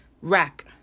rack